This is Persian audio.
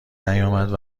نیامد